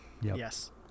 yes